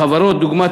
בחברות דוגמת